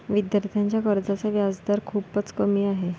विद्यार्थ्यांच्या कर्जाचा व्याजदर खूपच कमी आहे